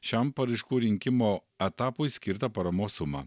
šiam paraiškų rinkimo etapui skirtą paramos sumą